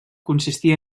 consistia